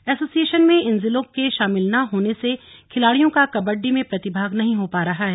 association में इन ज़िलों के शामिल न होने से खिलाड़ियों का कबड्डी में प्रतिभाग नही हो पा रहा है